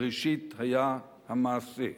בראשית היה המעשה".